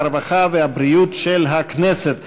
הרווחה והבריאות של הכנסת.